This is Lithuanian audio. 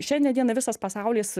šiandien dienai visas pasaulis